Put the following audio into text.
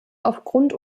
aufgrund